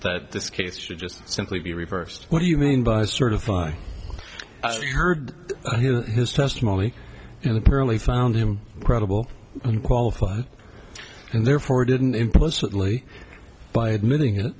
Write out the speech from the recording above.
that this case should just simply be reversed what do you mean by certified you heard his testimony and apparently found him credible and therefore didn't implicitly by admitting